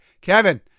Kevin